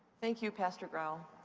thank you, pastor graue.